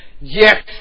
Yes